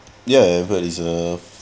ya I have a reserve